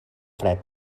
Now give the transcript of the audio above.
fred